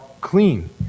clean